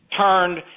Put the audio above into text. turned